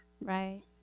right